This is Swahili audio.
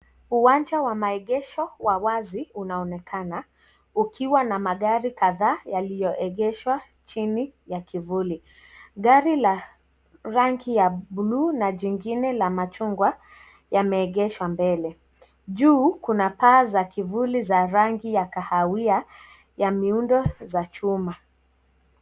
Uwanja wa maegesho wa wazi unaonekana ukiwa na magari kadhaa yalio egeshwa chini ya kivuli. Gari la rangi ya bluu na jingine la machungwa yameegeshwa mbele. Juu kuna paa za kivuli za rangi ya kahawia ya miundo za chuma.